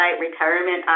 retirement